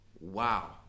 wow